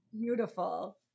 Beautiful